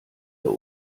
der